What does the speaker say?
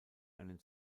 einen